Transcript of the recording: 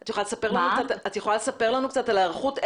את יכולה לספר לנו קצת על ההיערכות?